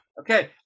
Okay